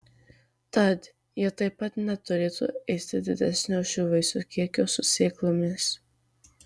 tad jie taip pat neturėtų ėsti didesnio šių vaisių kiekio su sėklomis